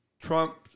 Trump